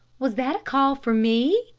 was that a call for me?